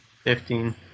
Fifteen